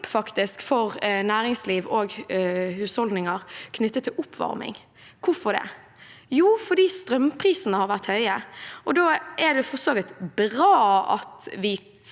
for næringsliv og husholdninger knyttet til oppvarming. Hvorfor? Jo, det er fordi strømprisene har vært høye. Da er det for så vidt